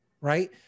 Right